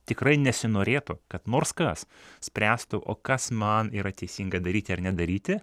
tikrai nesinorėtų kad nors kas spręstų o kas man yra teisinga daryti ar nedaryti